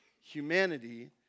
humanity